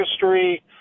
history